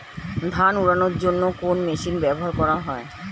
ধান উড়ানোর জন্য কোন মেশিন ব্যবহার করা হয়?